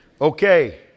Okay